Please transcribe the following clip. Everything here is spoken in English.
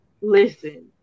listen